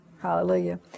Hallelujah